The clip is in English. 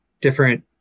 different